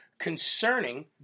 concerning